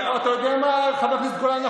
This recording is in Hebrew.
אתה יודע מה, חבר הכנסת גולן?